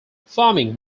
farming